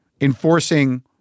enforcing